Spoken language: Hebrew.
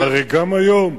הרי גם היום,